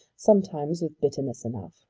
sometimes with bitterness enough,